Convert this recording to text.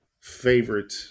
favorite